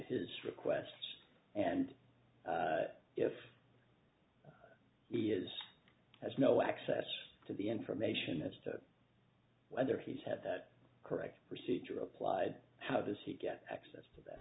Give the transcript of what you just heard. his request and if he is has no access to the information as to whether he had that correct procedure applied how does he get access